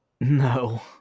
No